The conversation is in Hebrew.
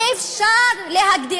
אי-אפשר להגדיר,